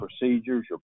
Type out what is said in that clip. procedures